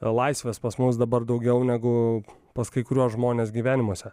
laisvės pas mus dabar daugiau negu pas kai kuriuos žmones gyvenimuose